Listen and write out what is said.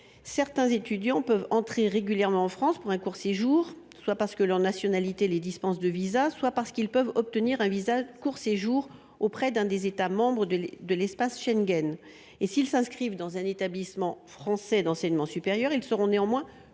de ces étudiants peuvent, en revanche, entrer régulièrement en France pour un court séjour, soit parce que leur nationalité les dispense de visa, soit parce qu’il leur est possible d’obtenir un visa de court séjour auprès d’un des États membres de l’espace Schengen. S’ils s’inscrivent dans un établissement français d’enseignement supérieur, ils seront néanmoins